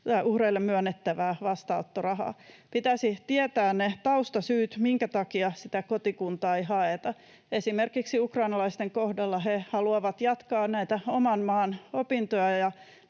uhreille myönnettävää vastaanottorahaa. Pitäisi tietää ne taustasyyt, minkä takia kotikuntaa ei haeta. Esimerkiksi ukrainalaisten kohdalla he haluavat jatkaa oman maan opintoja,